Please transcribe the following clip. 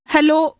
Hello